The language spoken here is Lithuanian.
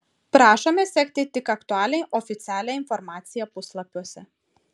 prašome sekti tik aktualią oficialią informaciją puslapiuose